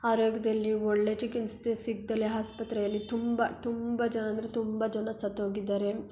ಆರೋಗ್ಯದಲ್ಲಿ ಒಳ್ಳೆಯ ಚಿಕಿತ್ಸೆ ಸಿಗದಲೆ ಆಸ್ಪತ್ರೆಯಲ್ಲಿ ತುಂಬ ತುಂಬ ಜನ ಅಂದರೆ ತುಂಬ ಜನ ಸತ್ತೋಗಿದ್ದಾರೆ